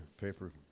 paper